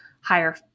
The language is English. higher